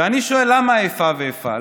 ואני שואל: למה איפה ואיפה?